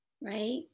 right